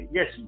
Yes